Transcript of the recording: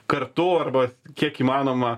kartu arba kiek įmanoma